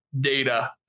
data